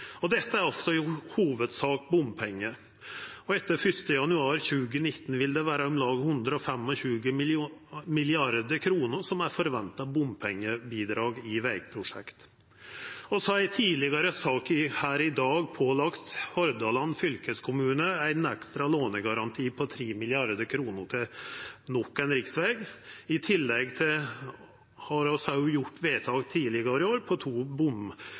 planperioden. Dette er altså i hovudsak bompengar. Etter 1. januar 2019 vil det vera om lag 125 mrd. kr som er forventa bompengebidrag i vegprosjekt. Vi har i ei sak tidlegare her i dag pålagt Hordaland fylkeskommune ein ekstra lånegaranti på 3 mrd. kr til nok ein riksveg. I tillegg har vi gjort vedtak tidlegare i år om to